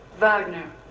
Wagner